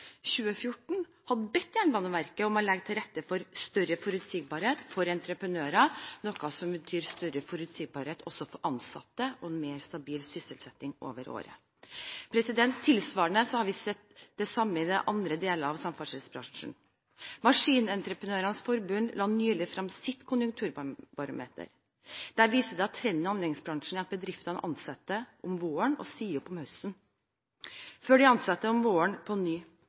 2014 har bedt Jernbaneverket om å legge til rette for større forutsigbarhet for entreprenører, noe som betyr større forutsigbarhet også for ansatte og mer stabil sysselsetting over år. Tilsvarende har vi sett i andre deler av samferdselsbransjen. Maskinentreprenørenes Forbund la nylig frem sitt konjunkturbarometer. Det viste at trenden i anleggsbransjen er at bedriftene ansetter om våren og sier opp om høsten, før de ansetter om våren på ny.